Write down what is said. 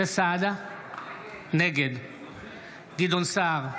נגד גדעון סער,